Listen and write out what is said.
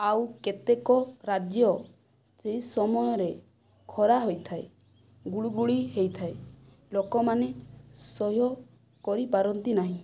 ଆଉ କେତେକ ରାଜ୍ୟ ସେହି ସମୟରେ ଖରା ହୋଇଥାଏ ଗୁଳୁଗୁଳି ହୋଇଥାଏ ଲୋକମାନେ ସହ୍ୟ କରିପାରନ୍ତି ନାହିଁ